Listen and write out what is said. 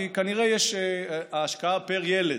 כי כנראה ההשקעה פר ילד,